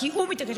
כי הוא מתעקש.